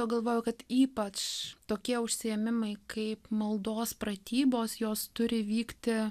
pagalvojau kad ypač tokie užsiėmimai kaip maldos pratybos jos turi vykti